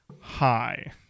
hi